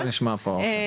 תיכף נשמע פה.